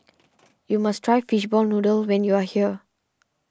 you must try Fishball Noodle when you are here